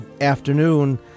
afternoon